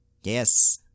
yes